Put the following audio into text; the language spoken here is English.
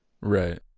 Right